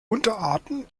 unterarten